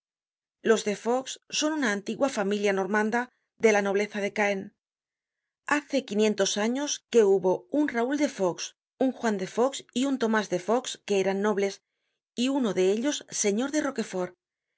los de faux son una antigua familia normanda de la nobleza de caen hace quinientos años que hubo un raul de faux un juan de faux y un tomás de faux que eran nobles y uno de ellos señor de rochefort el